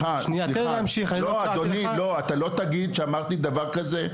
סליחה, אדוני, אתה לא תגיד שאמרתי דבר כזה.